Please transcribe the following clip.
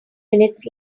minutes